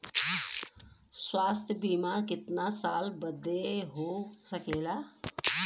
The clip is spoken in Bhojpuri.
स्वास्थ्य बीमा कितना साल बदे हो सकेला?